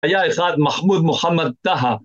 היה יחד מחמוד מוחמד טהא